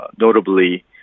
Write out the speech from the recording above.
notably